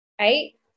eight